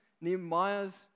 Nehemiah's